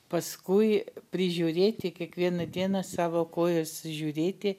paskui prižiūrėti kiekvieną dieną savo kojas žiūrėti